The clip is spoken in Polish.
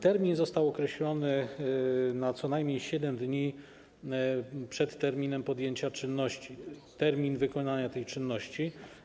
Termin został określony na co najmniej 7 dni przed terminem podjęcia czynności, termin wykonania tej czynności.